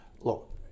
look